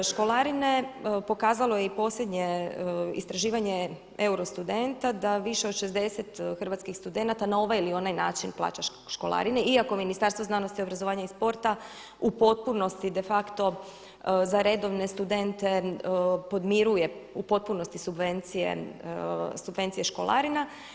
Školarine pokazalo je i posljednje istraživanje eurostudenta da više od 60 hrvatskih studenata na ovaj ili onaj način plaća školarine, iako Ministarstvo znanosti, obrazovanja i sporta u potpunosti de facto za redovne studente podmiruje u potpunosti subvencije školarina.